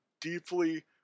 deeply